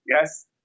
Yes